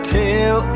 tell